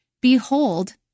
behold